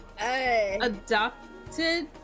...adopted